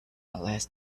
unless